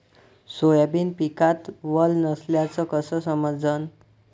Soybean पिकात वल नसल्याचं कस समजन?